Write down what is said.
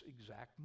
exact